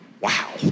Wow